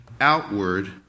outward